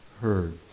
heard